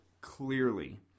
clearly